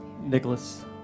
Nicholas